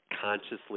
consciously